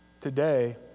today